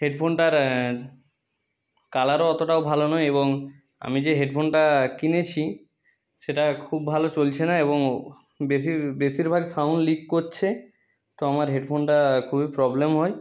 হেডফোনটার কালারও অতটাও ভালো নয় এবং আমি যে হেডফোনটা কিনেছি সেটা খুব ভালো চলছে না এবং বেশির বেশিরভাগ সাউণ্ড লিক করছে তো আমার হেডফোনটা খুবই প্রবলেম হয়